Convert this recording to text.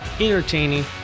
entertaining